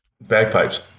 Bagpipes